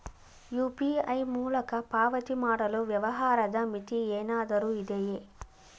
UPI ಮೂಲಕ ಪಾವತಿ ಮಾಡಲು ವ್ಯವಹಾರದ ಮಿತಿ ಏನಾದರೂ ಇದೆಯೇ?